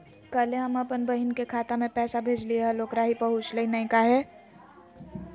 कल्हे हम अपन बहिन के खाता में पैसा भेजलिए हल, ओकरा ही पहुँचलई नई काहे?